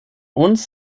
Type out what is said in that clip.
uns